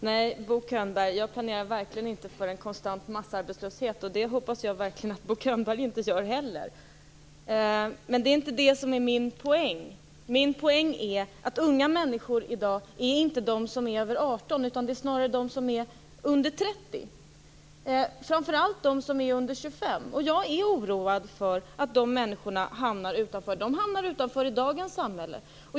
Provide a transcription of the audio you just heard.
Herr talman! Nej, Bo Könberg, jag planerar verkligen inte för en konstant massarbetslöshet. Det hoppas jag att Bo Könberg inte gör heller. Men det är inte det som är min poäng. Min poäng är att unga människor i dag inte är de som är över 18 år, utan snarare de som är under 30 och framför allt under 25. Jag är oroad för att de människorna hamnar utanför. De hamnar utanför i dagens samhälle.